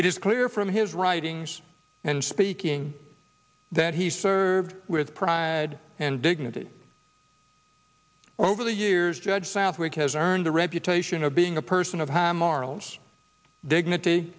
it is clear from his writings and speaking that he served with pride and dignity over the years judge southwick has earned the reputation of being a person of high morals dignity